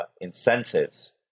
incentives